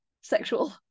sexual